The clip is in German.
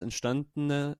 entstandene